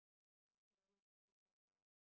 there's a bush beside her